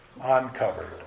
uncovered